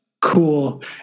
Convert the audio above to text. cool